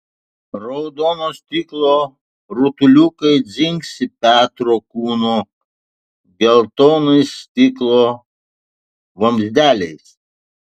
raudono stiklo rutuliukai dzingsi petro kūno geltonais stiklo vamzdeliais